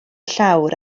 llawr